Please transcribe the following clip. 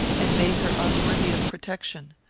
and made her unworthy of protection?